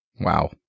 Wow